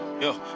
Yo